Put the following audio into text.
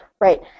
Right